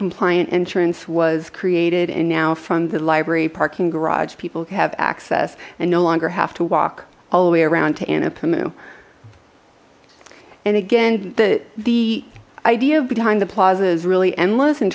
compliant entrance was created and now from the library parking garage people have access and no longer have to walk all the way around to ana pam oh and again the the idea of behind the plaza is really endless in